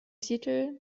titel